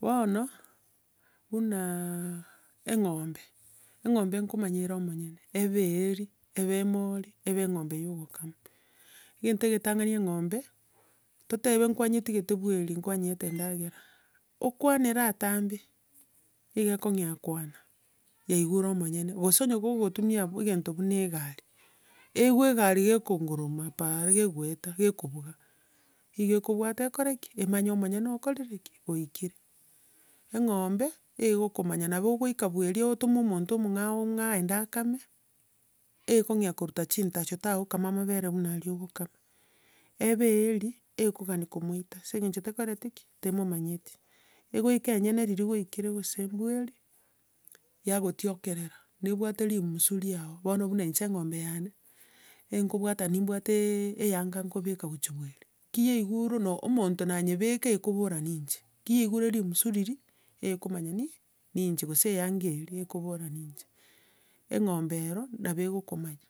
Bono, buna eng'ombe, eng'ombe nkomanya ere omonyene, ebe eeri, ebe emori, ebe eng'ombe ya ogokama, egento egetang'ani eng'ombe, totebe kwanyetigete bwe eeri nkwanyeete endagera, okwanere ataambe, nigo okong'ea koana, yaigure omonyene, gose onya kogotumia egento buna egari, eigwe egari kekonguruma para, kegoeta kekobuga, igo ekobwata ekore ki? Emanye omonyene okorire ki? Oikire. Eng'ombe, ego okomanya, nabo ogoika bwe eeri otome omonto omong'ao ng'a aende akame, eekong'ea koruta nchintacho, tagokama amabere buna aria okgokama. Ebe eeri, ekogania komoita, ase eng'encho ekereti ki? Temomanyeti, egoika enyene riria gwaikire gose bwe eeri, yagotiokerera, nebwate rimusu riago. Bono buna inche, eng'ombe yane, enkobwata, nimbwatee eyanga nkobeka gochia bwe eeri. Ki yaigure no- omonto nanyebeka ekobora inche. Ki yaigure rimusu riria, eekomanya ni- inche, gose eyanga eria, ekobora inche. Eng'ombe ero, nabo egokomanya,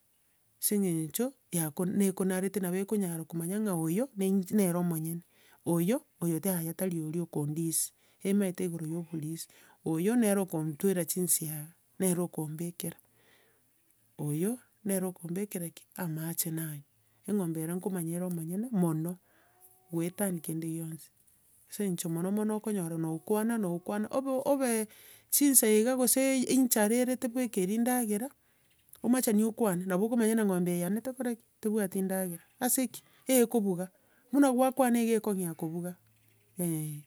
ase eng'encho yakona- nekonarete, nabo ekonyara komanya ng'a oyo, nere omonyene, oyo, oyo t- yaya, taria oria okondisia. Emaete igoro yo oborisia, oyo, nere okontwera chinsiaga, nero okombekera. oyo, nere okombekera ki? Amache nanywa. Eng'ombe ere nkomanya ere omonyene mono, goetania kende gionsi. Ase eng'encho mono mono okonyora na okwana na okwana obo- obe chinsa iga gose ei- enchara ere tebekeiri ndagera, omachani okwane, nabo okomanya ng'a ng'ombe eye yane tekoreti ki? Tebwati ndagera. Ase ki? E ekobuga, buna gwakana iga ekong'ea kobuga eeeh.